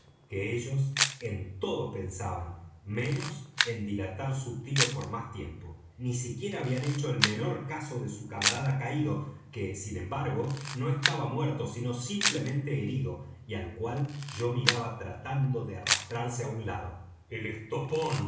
que ellos en todo pensaban menos en dilatar su tiro por más tiempo ni siquiera habían hecho el menor caso de su camarada caído que sin embargo no estaba muerto sino simplemente herido y al cual yo miraba tratando de arrastrarse á un lado el estopón